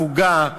הפוגה,